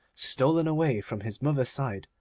stolen away from his mother's side,